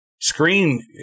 screen